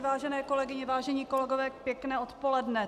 Vážené kolegyně, vážení kolegové, pěkné odpoledne.